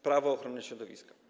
Prawo ochrony środowiska.